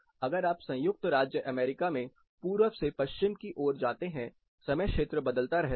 अगर आप संयुक्त राज्य अमेरिका मे पूर्व से पश्चिम की ओर जाते हैं समय क्षेत्र बदलता रहता है